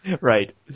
Right